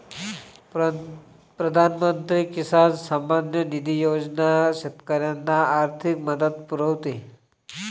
प्रधानमंत्री किसान सन्मान निधी योजना शेतकऱ्यांना आर्थिक मदत पुरवते